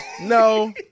No